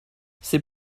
c’est